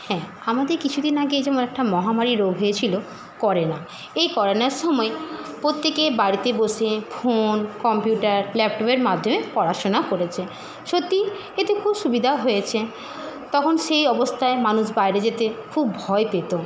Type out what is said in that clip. হ্যাঁ আমাদের কিছু দিন আগে যেমন একটা মহামারী রোগ হয়েছিলো করেনা এই করেনার সময়ে প্রত্যেকে বাড়িতে বসে ফোন কম্পিউটার ল্যাপটপের মাধ্যমে পড়াশোনা করেছে সত্যিই এটি খুব সুবিধা হয়েছে তখন সেই অবস্তায় মানুষ বাইরে যেতে খুব ভয় পেতো